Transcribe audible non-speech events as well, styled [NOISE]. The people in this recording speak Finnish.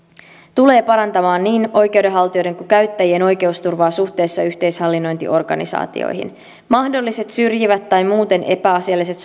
tulee parantamaan niin oikeudenhaltijoiden kuin käyttäjien oikeusturvaa suhteessa yhteishallinnointiorganisaatioihin mahdolliset syrjivät tai muuten epäasialliset [UNINTELLIGIBLE]